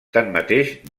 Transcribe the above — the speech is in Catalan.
tanmateix